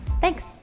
Thanks